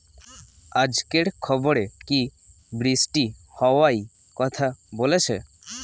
আজকের খবরে কি বৃষ্টি হওয়ায় কথা বলেছে?